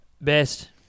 Best